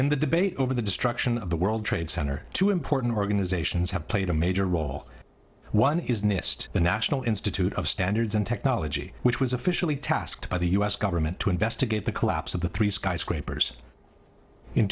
in the debate over the destruction of the world trade center two important organizations have played a major role one is nist the national institute of standards and technology which was officially tasked by the u s government to investigate the collapse of the three skyscrapers in